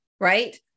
Right